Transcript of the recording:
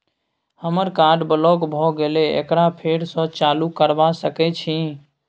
हमर card block भ गेले एकरा फेर स चालू करबा सके छि?